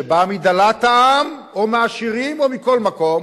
שבאה מדלת העם או מהעשירים או מכל מקום,